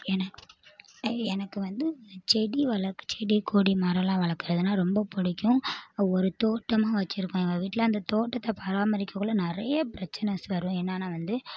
எனக் எனக்கு வந்து செடி வளக் செடி கொடி மரமெலாம் வளர்க்குறதுனா ரொம்ப பிடிக்கும் ஒரு தோட்டமாக வச்சுருக்கோம் எங்கள் வீட்டில் அந்த தோட்டத்தை பராமரிக்க குள்ளே நிறையா பிரச்சினஸ் வரும் என்னென்னா வந்து